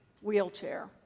wheelchair